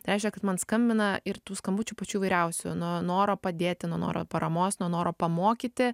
tai reiškia kad man skambina ir tų skambučių pačių įvairiausių nuo noro padėti nuo noro paramos nuo noro pamokyti